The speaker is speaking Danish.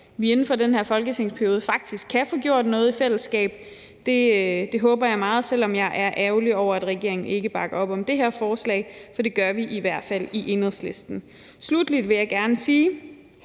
vi inden for den her folketingsperiode faktisk kan få gjort noget i fællesskab. Det håber jeg meget, selv om jeg er ærgerlig over, at regeringen ikke bakker op om det her forslag, for det gør vi i hvert fald i Enhedslisten. Sluttelig vil jeg gerne sige,